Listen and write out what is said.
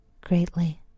greatly